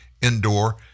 indoor